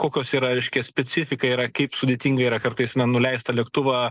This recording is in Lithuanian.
kokios yra reiškia specifika yra kaip sudėtinga yra kartais na nuleist tą lėktuvą